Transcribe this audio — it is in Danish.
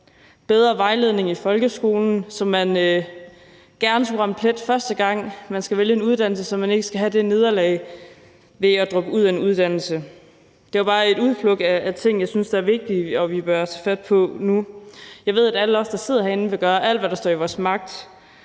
bedre vejledning i folkeskolen. Man skal gerne ramme plet, første gang man skal vælge en uddannelse, så man ikke skal have det nederlag ved at droppe ud af en uddannelse. Det er bare et udpluk af ting, som jeg synes er vigtige og vi bør tage fat på nu. Jeg ved, at alle os, der sidder herinde, vil gøre alt, hvad der står i vores magt,